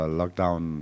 lockdown